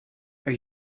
are